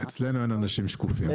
אצלנו אין אנשים שקופים.